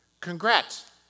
Congrats